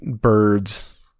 birds